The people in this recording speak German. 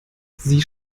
sie